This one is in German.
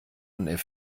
und